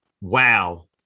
Wow